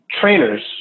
trainers